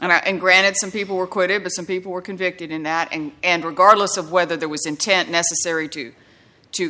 and granted some people were acquitted but some people were convicted in that and regardless of whether there was intent necessary to to